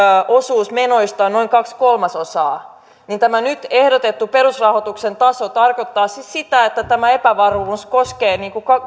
osuus menoista on noin kaksi kolmasosaa niin tämä nyt ehdotettu perusrahoituksen taso tarkoittaa siis sitä että tämä epävarmuus koskee